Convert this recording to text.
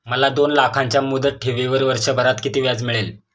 मला दोन लाखांच्या मुदत ठेवीवर वर्षभरात किती व्याज मिळेल?